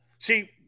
See